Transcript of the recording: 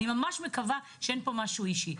אני ממש מקווה שאין פה משהו אישי.